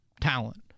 talent